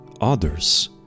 others